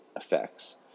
effects